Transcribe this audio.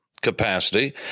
capacity